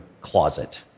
closet